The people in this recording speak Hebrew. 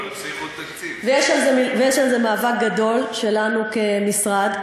ויש על זה מאבק גדול שלנו כמשרד.